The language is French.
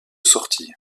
sortie